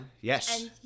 Yes